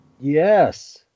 yes